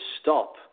stop